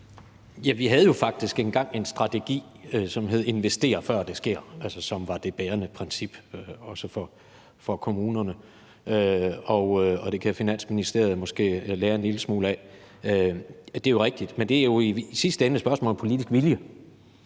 Vi havde jo faktisk engang en strategi, der hed »Investér før det sker«, som var det bærende princip også for kommunerne. Det kan Finansministeriet måske lære en lille smule af. Det er jo rigtigt. Men det er jo i sidste ende et spørgsmål om politisk vilje,